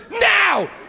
now